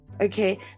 okay